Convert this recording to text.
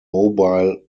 mobile